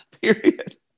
period